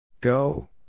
Go